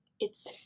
It's-